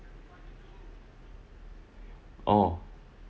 oh